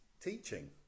teaching